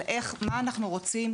מה אנחנו רוצים,